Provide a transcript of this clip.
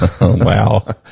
Wow